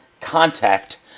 contact